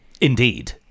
Indeed